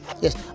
Yes